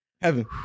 Heaven